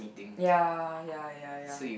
ya ya ya ya